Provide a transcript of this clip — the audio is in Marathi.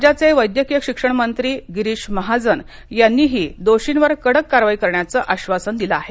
राज्याचे वैद्यकीय शिक्षण मंत्री गिरीश महाजन यांनीही दोषींवर कडक कारवाई करण्याचं आश्वासन दिलं आहे